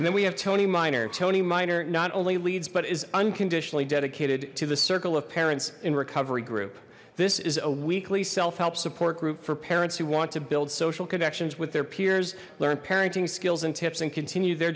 and then we have tony miner tony miner not only leads but is unconditionally dedicated to the circle of parents in recovery group this is a weekly self help support group for parents who want to build social connections with their peers learn parenting skills and tips and continue their